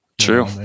True